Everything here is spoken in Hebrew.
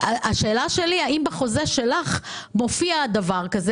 השאלה שלי היא: האם בחוזה שלך מופיע דבר כזה?